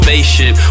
Spaceship